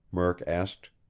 murk asked.